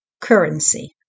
Currency